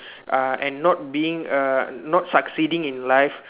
uh and not being err not succeeding in life